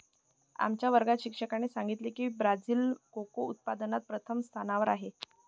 आमच्या वर्गात शिक्षकाने सांगितले की ब्राझील कोको उत्पादनात प्रथम स्थानावर आहे